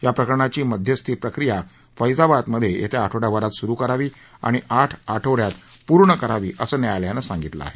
या प्रकरणाची मध्यस्थी प्रक्रिया फैजाबादमधे येत्या आठवडयाभरात सुरु करावी आणि आठ आठवडयात पूर्ण करावी असं न्यायालयानं सांगितलं आहे